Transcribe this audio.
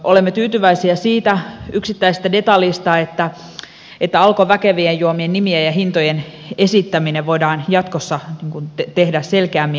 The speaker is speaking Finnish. olemme tyytyväisiä siitä yksittäisestä detaljista että alkon väkevien juomien nimien ja hintojen esittäminen voidaan jatkossa tehdä selkeämmin ja paremmin